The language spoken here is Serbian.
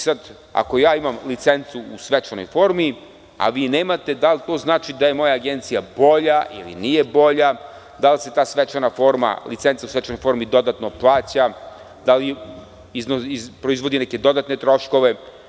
Sada, ako ja imam licencu u svečanoj formi, a vi nemate, da li to znači da je moja agencija bolja ili nije bolja, da li se ta licenca u svečanoj formi dodatno plaća, da li proizvodi neke dodatne troškove?